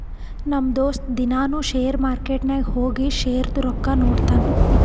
ನಮ್ ದೋಸ್ತ ದಿನಾನೂ ಶೇರ್ ಮಾರ್ಕೆಟ್ ನಾಗ್ ಹೋಗಿ ಶೇರ್ದು ರೊಕ್ಕಾ ನೋಡ್ತಾನ್